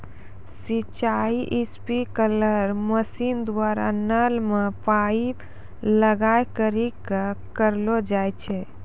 सिंचाई sprinkler machine द्वारा नल मे पाइप लगाय करि क करलो जाय छै